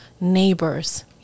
neighbors